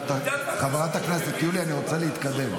אני רוצה להתקדם.